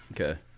Okay